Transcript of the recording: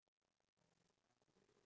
ya (uh huh)